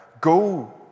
Go